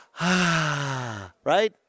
Right